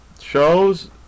shows